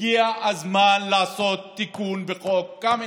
הגיע הזמן לעשות תיקון בחוק קמיניץ.